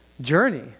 journey